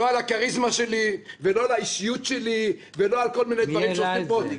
לא על הכריזמה שלי ולא על האישיות שלי ולא על כל מיני דברים שעושים פה.